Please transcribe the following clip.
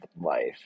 life